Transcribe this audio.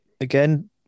Again